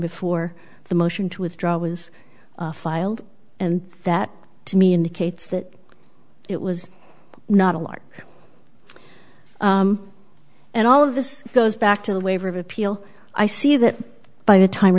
before the motion to withdraw was filed and that to me indicates that it was not a lark and all of this goes back to the waiver of appeal i see that by the time